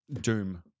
Doom